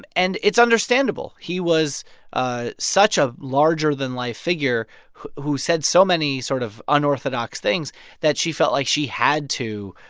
and it's understandable. he was ah such a larger-than-life figure who who said so many sort of unorthodox things that she felt like she had to,